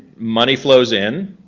money flows in,